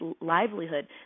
livelihood